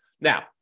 Now